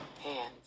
Hands